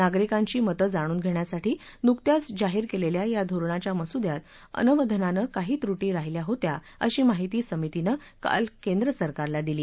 नागरिकांची मतं जाणून घेण्यासाठी नुकत्याच जाहीर केलेल्या या धोरणाच्या मसुद्यात अनवधनानं काही त्रुपी राहिल्या होत्या अशी माहिती समितीनं काल केंद्रसरकारला दिली